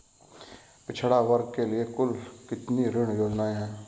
पिछड़ा वर्ग के लिए कुल कितनी ऋण योजनाएं हैं?